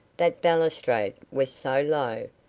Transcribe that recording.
that balustrade was so low.